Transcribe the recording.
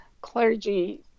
clergy